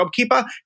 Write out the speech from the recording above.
JobKeeper